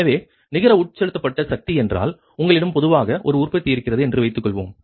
எனவே நிகர உட்செலுத்தப்பட்ட சக்தி என்றால் உங்களிடம் பொதுவாக ஒரு உற்பத்தி இருக்கிறது என்று வைத்துக்கொள்வோம்